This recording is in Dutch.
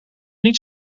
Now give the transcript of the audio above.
niet